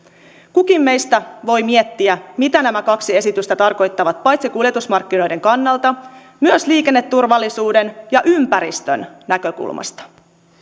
kukin meistä voi miettiä mitä nämä kaksi esitystä tarkoittavat paitsi kuljetusmarkkinoiden kannalta myös liikenneturvallisuuden ja ympäristön näkökulmasta